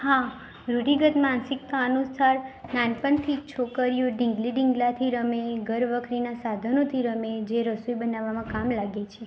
હા ઋઢિગત માનસિકતા અનુસાર નાનપણથી છોકરીઓ ઢીંગલી ઢીંગલાથી રમે ઘરવખરીના સાધનોથી રમે જે રસોઈ બનાવવામાં કામ લાગે છે